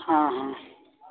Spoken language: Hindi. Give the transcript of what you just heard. हाँ हाँ